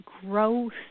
growth